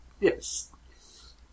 Yes